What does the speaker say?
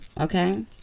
okay